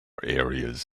areas